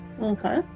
Okay